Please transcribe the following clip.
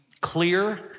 clear